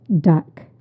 Duck